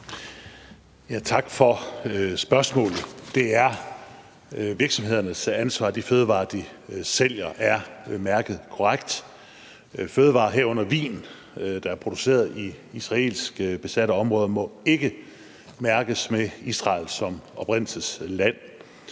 Tak for spørgsmålet. Det er virksomhedernes ansvar, at de fødevarer, de sælger, er mærket korrekt. Fødevarer, herunder vin, der er produceret i israelsk besatte områder, må ikke mærkes med Israel som oprindelsesland.